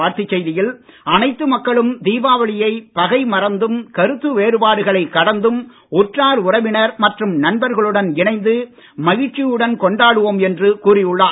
வாழ்த்துச்செய்தியில் அனைத்து மக்களும் தீபாவளியை பகை மறந்தும் கருத்து வேறுபாடுகளைக் கடந்தும் உற்றார் உறவினர் மற்றும் நண்பர்களுடன் இணைந்து மகிழ்ச்சியுடன் கொண்டாடுவோம் என்று கூறியுள்ளார்